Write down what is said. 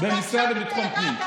אתה עכשיו בבעירה.